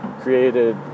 created